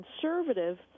conservative